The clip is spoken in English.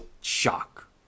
Shock